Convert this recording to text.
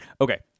Okay